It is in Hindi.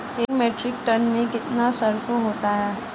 एक मीट्रिक टन में कितनी सरसों होती है?